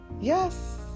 yes